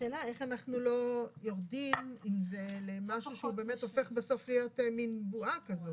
השאלה איך אנחנו לא יורדים עם זה למשהו שהופך להיות מן בועה כזאת.